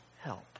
help